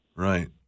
Right